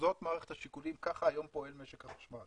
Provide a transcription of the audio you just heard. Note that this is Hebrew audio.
זאת מערכת השיקולים, ככה היום פועל משק החשמל